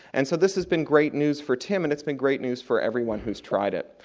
and so this has been great news for tim and it's been great news for everyone who's tried it.